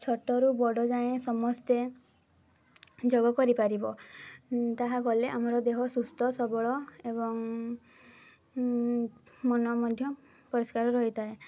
ଛୋଟରୁ ବଡ଼ ଯାଏଁ ସମସ୍ତେ ଯୋଗ କରିପାରିବ ତାହା ଗଲେ ଆମର ଦେହ ସୁସ୍ଥ ସବଳ ଏବଂ ମନ ମଧ୍ୟ ପରିଷ୍କାର ରହିଥାଏ